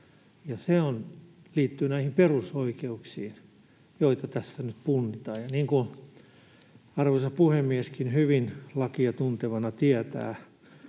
Se liittyy näihin perusoikeuksiin, joita tässä nyt punnitaan, ja niin kuin arvoisa puhemieskin hyvin lakia tuntevana tietää,